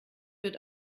wird